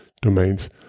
domains